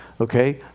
okay